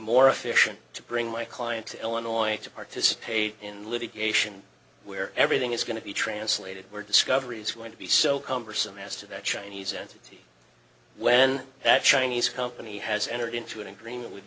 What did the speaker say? more efficient to bring my client to illinois to participate in litigation where everything is going to be translated were discoveries when to be so cumbersome as to that chinese entity when that chinese company has entered into an agreement with